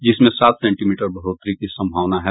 जिसमें सात सेंटीमीटर बढ़ोतरी की संभावना है